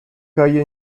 cae